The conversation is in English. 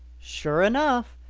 sure enough,